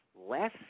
less